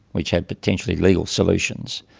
which had potentially legal solutions.